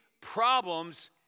problems